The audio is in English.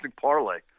parlay